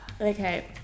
okay